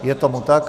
Je tomu tak.